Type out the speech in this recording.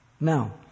Now